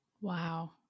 Wow